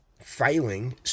failing